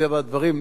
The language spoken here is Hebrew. מטבע הדברים,